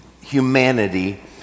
humanity